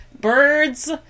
Birds